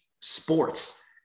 sports